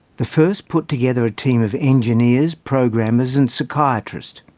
the first put together a team of engineers, programmers, and psychiatrists.